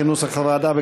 כנוסח הוועדה,